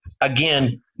again